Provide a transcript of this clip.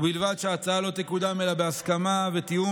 ובלבד שההצעה לא תקודם אלא בהסכמה ותיאום